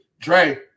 Dre